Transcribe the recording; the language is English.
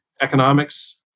economics